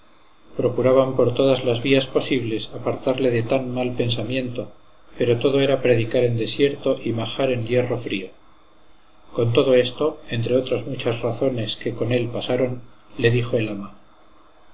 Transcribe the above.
procuraban por todas las vías posibles apartarle de tan mal pensamiento pero todo era predicar en desierto y majar en hierro frío con todo esto entre otras muchas razones que con él pasaron le dijo el ama